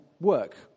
work